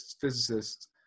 physicists